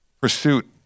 pursuit